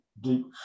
deep